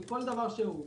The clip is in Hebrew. בכל דרך שהיא.